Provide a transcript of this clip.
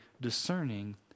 discerning